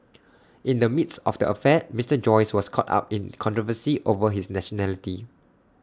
in the midst of the affair Mister Joyce was caught up in controversy over his nationality